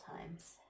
times